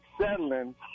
settling